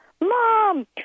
Mom